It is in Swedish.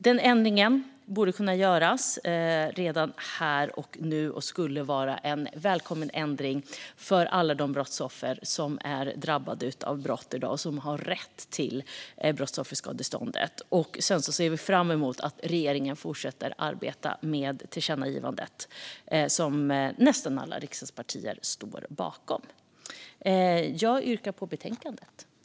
Den ändringen borde kunna göras här och nu och skulle vara välkommen för alla de brottsoffer som är drabbade av brott i dag och har rätt till brottsofferskadeståndet. Vi ser fram emot att regeringen fortsätter att arbeta med tillkännagivandet, som nästan alla riksdagspartier står bakom. Jag yrkar bifall till förslaget i betänkandet.